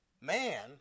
man